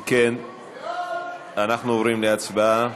אם כן, אנחנו עוברים להצבעה.